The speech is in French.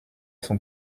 son